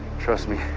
trust me.